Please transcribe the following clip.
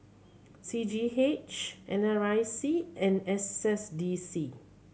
C G H N R I C and S S D C